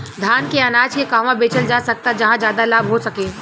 धान के अनाज के कहवा बेचल जा सकता जहाँ ज्यादा लाभ हो सके?